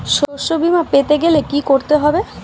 শষ্যবীমা পেতে গেলে কি করতে হবে?